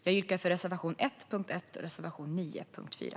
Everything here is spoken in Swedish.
Jag yrkar bifall till reservation 1 under punkt 1 och reservation 9 under punkt 4.